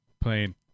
playing